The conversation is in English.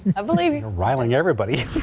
ah believing riling everybody.